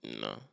No